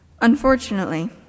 Unfortunately